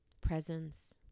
presence